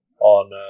on